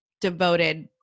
devoted